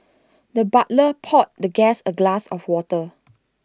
the butler poured the guest A glass of water